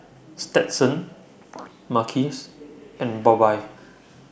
Stetson Marques and Bobbye